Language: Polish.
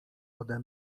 ode